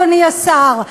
אדוני השר.